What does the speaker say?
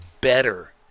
better